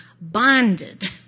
bonded